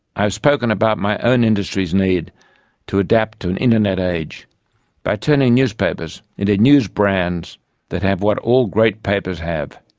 i've spoken about my own industry's need to adapt to an internet age by turning newspapers into news brands that have what all great papers have,